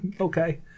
Okay